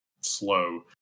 slow